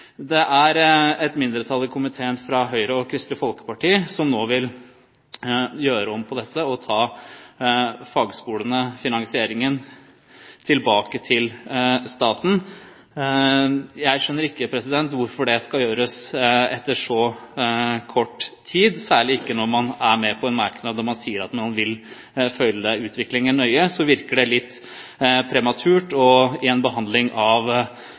Det er et mindretall i komiteen fra Høyre og Kristelig Folkeparti som nå vil gjøre om på dette, og tilbakeføre finansieringen av fagskolene til staten. Jeg skjønner ikke hvorfor det skal gjøres etter så kort tid, særlig ikke når man er med på en merknad hvor man sier at man vil følge utviklingen nøye. Så det virker litt prematurt i en behandling av